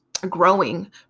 growing